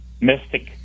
Mystic